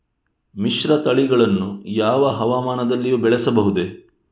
ಮಿಶ್ರತಳಿಗಳನ್ನು ಯಾವ ಹವಾಮಾನದಲ್ಲಿಯೂ ಬೆಳೆಸಬಹುದೇ?